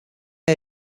her